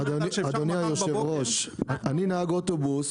זה מחדל שכבר מחר בבוקר --- אני נהג אוטובוס